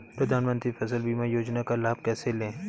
प्रधानमंत्री फसल बीमा योजना का लाभ कैसे लें?